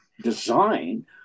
design